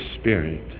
spirit